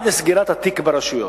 עד לסגירת התיק ברשויות.